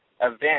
event